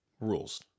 rules